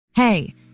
Hey